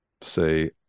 say